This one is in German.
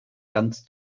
ganz